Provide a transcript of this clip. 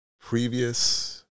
previous